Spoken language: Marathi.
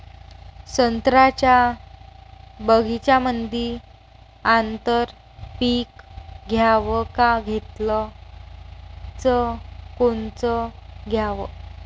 संत्र्याच्या बगीच्यामंदी आंतर पीक घ्याव का घेतलं च कोनचं घ्याव?